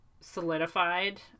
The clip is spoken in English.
solidified